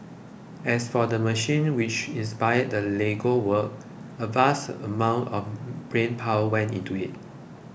as for the machine which inspired the Lego work a vast amount of brain power went into it